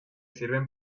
sirven